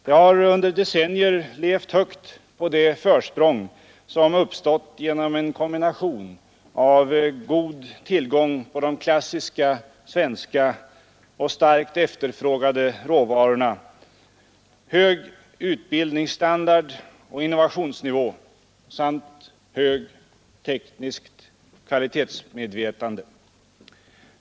Detta har under decennier levt högt på det försprång som uppstått genom en kombination av god tillgång på de klassiska svenska och starkt efterfrågade råvarorna, hög utbildningsstandard och innovationsnivå samt högt tekniskt kvalitetsmedvetande.